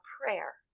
prayer